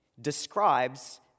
describes